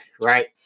right